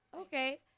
Okay